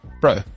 bro